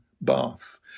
bath